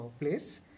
place